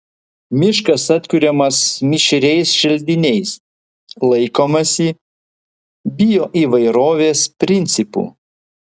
miškas atkuriamas mišriais želdiniais laikomasi bioįvairovės principų